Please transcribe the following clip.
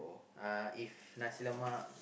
uh if nasi-lemak